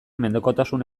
mendekotasun